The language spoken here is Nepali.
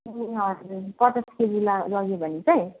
ए हजुर पचास केजी ला लग्यो भने चाहिँ